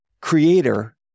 creator